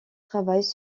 travaillent